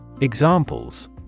Examples